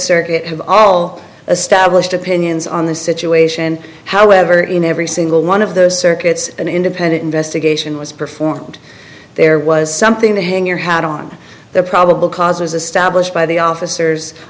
circuit have all stablished opinions on the situation however in every single one of those circuits an independent investigation was performed there was something to hang your hat on the probable cause was a stablished by the officers